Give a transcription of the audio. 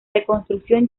reconstrucción